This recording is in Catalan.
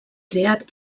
creat